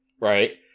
right